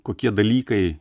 kokie dalykai